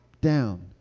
down